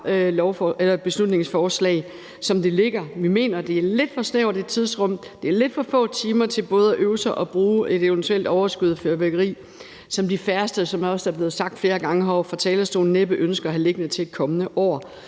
beslutningsforslag, som det ligger. Vi mener, at det foreslår et lidt for snævert tidsrum. Der er lidt for få timer til både at øve sig og bruge et eventuelt overskud af fyrværkeri, som de færreste, som det også er blevet sagt flere gange heroppe fra talerstolen, næppe ønsker at have liggende til næste år.